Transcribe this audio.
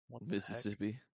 Mississippi